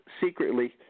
secretly